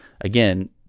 again